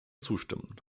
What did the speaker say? zustimmen